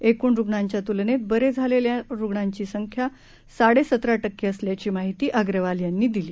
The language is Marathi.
एकूण रुग्णांच्या तुलनेत बरे झालेल्या रुग्णांचे प्रमाण साडे सतरा टक्के असल्याची माहिती अग्रवाल यांनी दिली